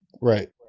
Right